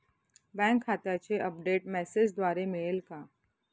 Bank खात्याचे update मेसेजद्वारे मिळेल का?